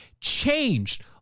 changed